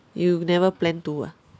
you never plan to ah